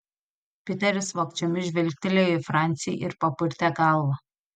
piteris vogčiomis žvilgtelėjo į francį ir papurtė galvą